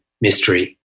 mystery